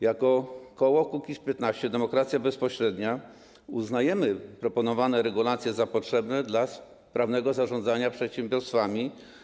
Jako koło Kukiz’15 - Demokracja Bezpośrednia uznajemy proponowane regulacje za potrzebne dla sprawnego zarządzania przedsiębiorstwami.